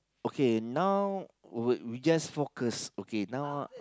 okay now would we just focus okay now